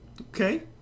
okay